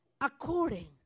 according